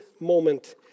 moment